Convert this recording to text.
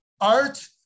art